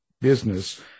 business